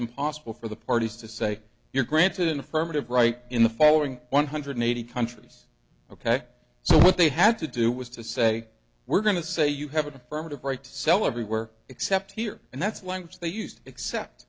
impossible for the parties to say you're granted an affirmative right in the following one hundred eighty countries ok so they had to do was to say we're going to say you have an affirmative right to sell everywhere except here and that's language they used except